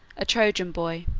a trojan boy,